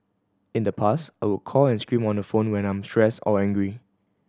in the past I would call and scream on the phone when I'm stressed or angry